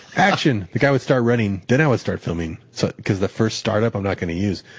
action! the guy would start running, then i would start filming so because the first startup, i'm not going to use.